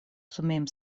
сумеем